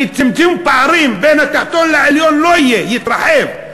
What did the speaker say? כי צמצום פערים בין התחתון לעליון לא יהיה, יתרחב.